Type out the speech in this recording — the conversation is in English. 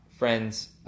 friends